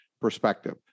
perspective